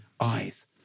eyes